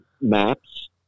Maps